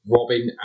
Robin